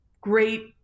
great